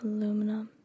Aluminum